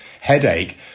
headache